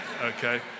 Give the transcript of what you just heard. okay